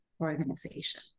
organization